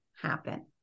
happen